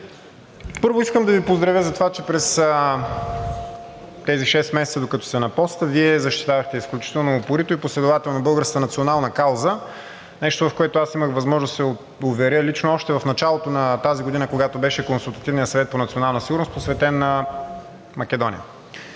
първо искам да Ви поздравя за това, че през тези шест месеца, докато сте на поста, Вие защитавахте изключително упорито и последователно българската национална кауза – нещо, в което имах възможност да се уверя лично още в началото на тази година, когато беше Консултативният съвет по национална сигурност, посветен на Македония.